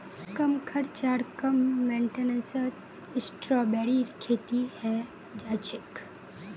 कम खर्च आर कम मेंटेनेंसत स्ट्रॉबेरीर खेती हैं जाछेक